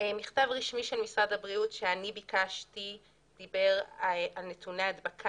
במכתב רשמי של משרד הבריאות שאני ביקשתי דיבר על נתוני הדבקה.